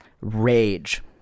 Rage